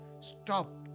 Stop